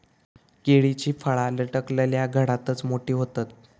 केळीची फळा लटकलल्या घडातच मोठी होतत